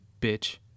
bitch